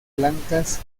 blancas